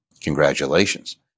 Congratulations